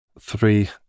three